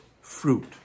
fruit